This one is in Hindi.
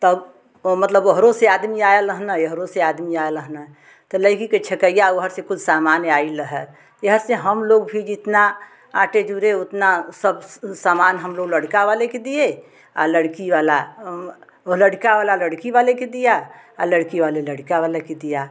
तौ वो मतलब ओहरो से आदमी आए लहना एहरो से आदमी आए लहना तो लइकी के छेकइया ओहर से कुल सामान आइल रहा यहा से हम लोग भी जितना आटे जूरे ओतना सब सामान हम लोग लड़का वाले के दिए लड़की वाला वह लड़का वाला लड़की वाले के दिया लड़की वाले लड़िका वाले के दिया